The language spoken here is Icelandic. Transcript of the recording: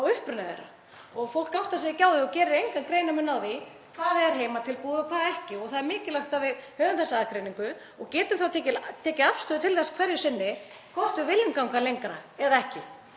á uppruna þeirra, og fólk áttar sig ekki á því og gerir engan greinarmun á því hvað er heimatilbúið og hvað ekki. Það er mikilvægt að við höfum þessa aðgreiningu og getum þá tekið afstöðu til þess hverju sinni hvort við viljum ganga lengra eða ekki.